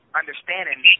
understanding